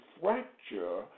fracture